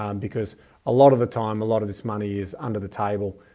um because a lot of the time a lot of this money is under the table.